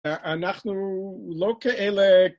אנחנו לא כאלה